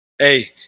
Hey